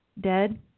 dead